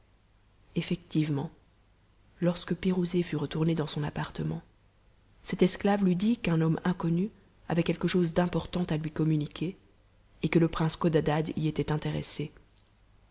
effectivement lorsque pirouzé fut retournée dans son appartement cet esclave lui dit qu'un homme inconnu avait quelque chose d'important à lui communiquer et que le prince codadad y était intéressé